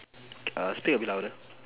err speak a bit louder